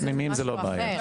פנימיים זו לא בעיה.